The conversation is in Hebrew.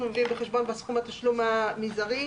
מביאים בחשבון בסכום התשלום המזערי?